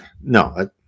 no